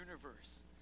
universe